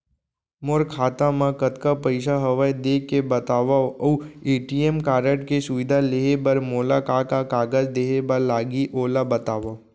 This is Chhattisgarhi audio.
मोर खाता मा कतका पइसा हवये देख के बतावव अऊ ए.टी.एम कारड के सुविधा लेहे बर मोला का का कागज देहे बर लागही ओला बतावव?